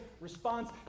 response